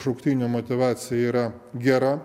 šauktinių motyvacija yra gera